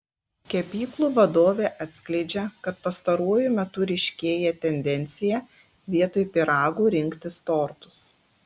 kepyklų vadovė atskleidžia kad pastaruoju metu ryškėja tendencija vietoj pyragų rinktis tortus